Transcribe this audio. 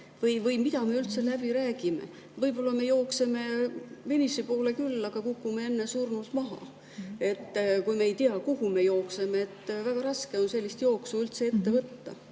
või mida me üldse läbi räägime. Võib-olla me jookseme finiši poole küll, aga kukume enne surnult maha. Kui me ei tea, kuhu me jookseme, on väga raske sellist jooksu üldse ette võtta.